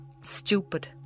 Stupid